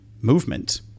movement